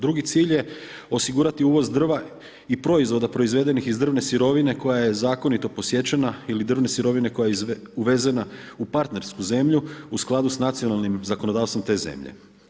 Drugi cilj je osigurati uvoz drva i proizvoda proizvedenih iz drvne sirovine koja je zakonito posjećena ili drvne sirovine koja je uvezena u partnersku zemlju u skladu sa nacionalnim zakonodavstvom te zemlje.